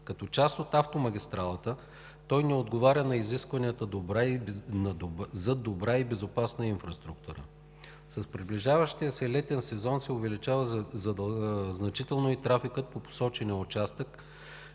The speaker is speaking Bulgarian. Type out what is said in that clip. Като част от автомагистралата, той не отговаря на изискванията за добра и безопасна инфраструктура. С приближаващия летен сезон се увеличава значително и трафикът по посочения участък,